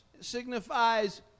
signifies